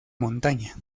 montaña